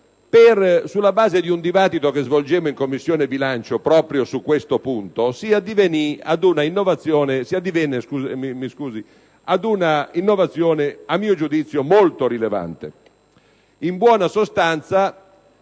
sulla base di un dibattito che svolgemmo in Commissione bilancio proprio su questo punto, si addivenne ad una innovazione a mio giudizio molto rilevante. In buona sostanza,